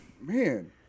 Man